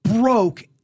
broke